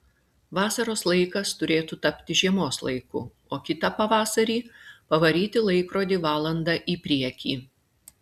vasaros laikas turėtų tapti žiemos laiku o kitą pavasarį pavaryti laikrodį valanda į priekį